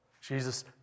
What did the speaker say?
Jesus